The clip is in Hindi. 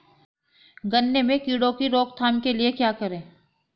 गन्ने में कीड़ों की रोक थाम के लिये क्या करें?